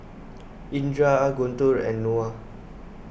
Indra Guntur and Noah